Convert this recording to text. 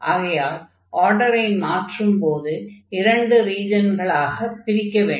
ஆகையால் ஆர்டரை மாற்றும்போது இரண்டு ரீஜன்களாக பிரிக்க வேண்டும்